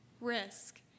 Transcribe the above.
risk